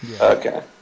Okay